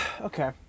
okay